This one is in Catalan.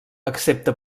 excepte